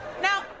Now